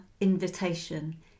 invitation